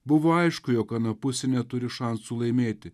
buvo aišku jog ana pusė neturi šansų laimėti